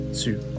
two